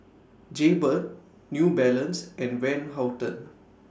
Jaybird New Balance and Van Houten